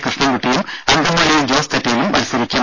കൃഷ്ണൻകുട്ടിയും അങ്കമാലിയിൽ ജോസ് തെറ്റയിലും മത്സരിക്കും